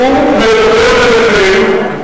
והוא מדבר אליכם,